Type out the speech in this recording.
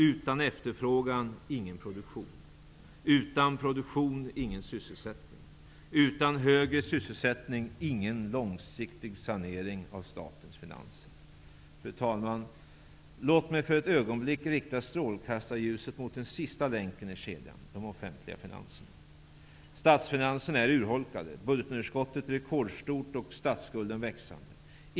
Utan efterfrågan, ingen produktion. Utan produktion, ingen sysselsättning. Utan högre sysselsättning, ingen långsiktig sanering av statens finanser. Fru talman! Låt mig för ett ögonblick rikta strålkastarljuset mot den sista länken i kedjan; de offentliga finanserna. Statsfinanserna är urholkade, budgetunderskottet rekordstort och statsskulden växande.